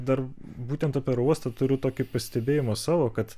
dar būtent apie oro uostą turiu tokį pastebėjimą savo kad